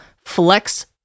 flex